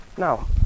Now